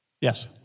Yes